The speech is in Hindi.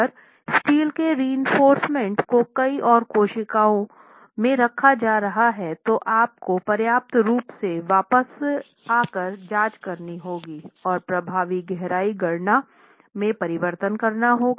अगर स्टील के रीइनफोर्रसमेंट को कई और कोशिकाओं में रखा जा रहा है तो आप को पर्याप्त रूप से वापस आकर जांच करनी होगी और प्रभावी गहराई गणना में परिवर्तन करना होगा